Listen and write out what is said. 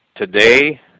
Today